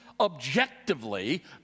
objectively